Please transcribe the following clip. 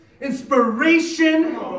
inspiration